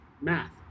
math